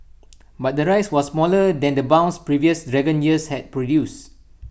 but the rise was smaller than the bounce previous dragon years had produced